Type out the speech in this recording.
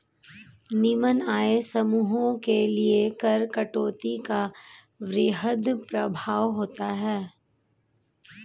निम्न आय समूहों के लिए कर कटौती का वृहद प्रभाव होता है